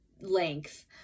length